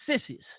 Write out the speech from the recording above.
sissies